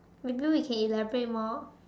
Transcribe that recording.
maybe we can elaborate more